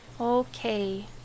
Okay